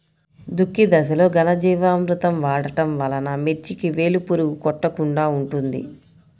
దుక్కి దశలో ఘనజీవామృతం వాడటం వలన మిర్చికి వేలు పురుగు కొట్టకుండా ఉంటుంది?